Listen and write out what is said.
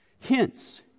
Hence